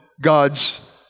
God's